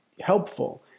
helpful